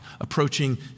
approaching